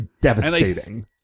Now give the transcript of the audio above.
devastating